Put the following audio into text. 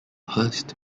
hurst